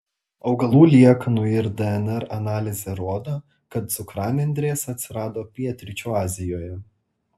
augalų liekanų ir dnr analizė rodo kad cukranendrės atsirado pietryčių azijoje